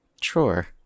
Sure